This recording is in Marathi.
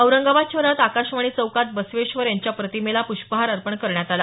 औरंगाबाद शहरात आकाशवाणी चौकात बसवेश्वर यांच्या प्रतिमेला प्ष्पहार अर्पण करण्यात आला